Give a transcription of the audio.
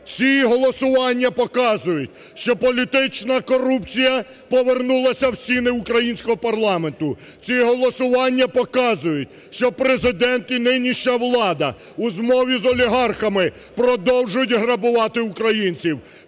Ці голосування показують, що політична корупція повернулася в стіни українського парламенту, ці голосування показують, що Президент і нинішня влада у змові з олігархами продовжують грабувати українців.